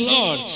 Lord